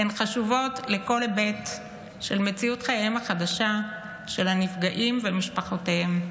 הן חשובות לכל היבט של מציאות חייהם החדשה של הנפגעים ומשפחותיהם,